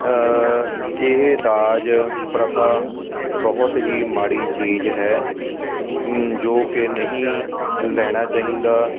ਇਹ ਦਾਜ ਪ੍ਰਥਾ ਬਹੁਤ ਹੀ ਮਾੜੀ ਚੀਜ਼ ਹੈ ਜੋ ਕਿ ਨਹੀਂ ਲੈਣਾ ਚਾਹੀਦਾ